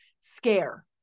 scare